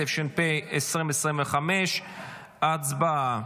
התשפ"ה 2025. הצבעה.